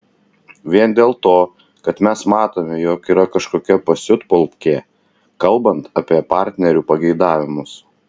vien dėl to kad mes matome jog yra kažkokia pasiutpolkė kalbant apie partnerių pageidavimus